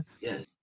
Yes